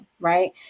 Right